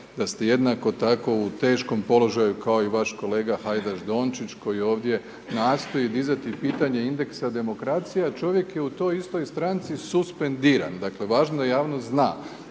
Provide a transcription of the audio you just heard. da ste jednako tako u teškom položaju kao i vaš kolega Hajdaš Dončić koji ovdje nastoji dizati pitanje indeksa demokracije a čovjek je u toj istoj stranci suspendiran. Dakle važno je da javnost zna,